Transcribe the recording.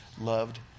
loved